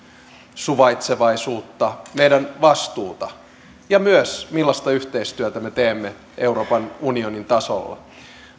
suvaitsevaisuutta meidän vastuutamme ja myös sitä millaista yhteistyötä me teemme euroopan unionin tasolla